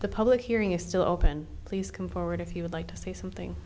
the public hearing is still open please come forward if you would like to say something